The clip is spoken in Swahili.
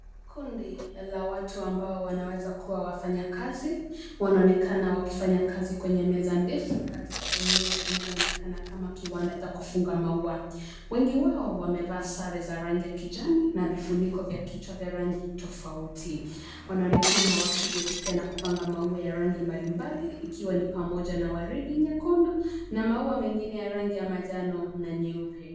Kundi la watu ambao wanaweza kuwa wafanyakazi, wanaonekana wakifanya kazi kwenye meza ndefu katika eneo linaloonekana kama kiwanda cha kufunga maua. Wengi wao wamevaa sare za rangi ya kijani, na vifuniko vya kichwa vya rangi tofauti. Wanaonekana wakishughulikia na kupanga maua ya rangi mbali mbali ikiwa ni pamoja na waridi nyekundu, na maua mengine ya rangi ya manjano na nyeupe.